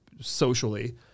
socially